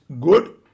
good